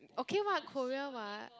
okay [what] Korea [what]